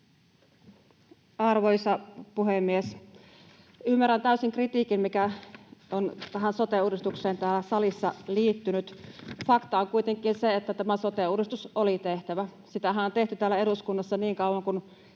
Arvoisa puhemies! Ymmärrän täysin kritiikin, mikä on tähän sote-uudistukseen täällä salissa liittynyt. Fakta on kuitenkin se, että tämä sote-uudistus oli tehtävä. Sitähän on tehty täällä eduskunnassa niin kauan kuin